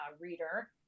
reader